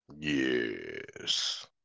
Yes